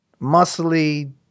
muscly